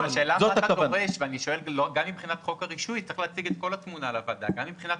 אבל השאלה צריך להציג את כל התמונה לוועדה גם מבחינת